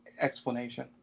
explanation